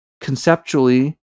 conceptually